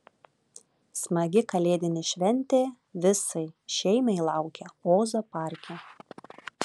smagi kalėdinė šventė visai šeimai laukia ozo parke